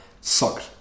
Sucked